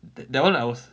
that that [one] I was